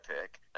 pick